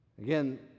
Again